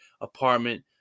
apartment